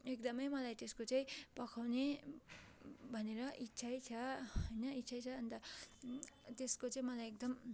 एकदमै मलाई त्यसको चाहिँ पकाउने भनेर इच्छै होइन इच्छै छ अन्त त्यसको चाहिँ मलाई एकदम